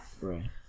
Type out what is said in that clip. right